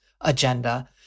agenda